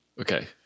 Okay